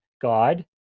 God